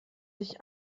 sich